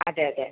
അതെ അതെ